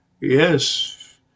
yes